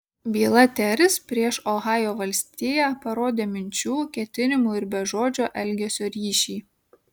byla teris prieš ohajo valstiją parodė minčių ketinimų ir bežodžio elgesio ryšį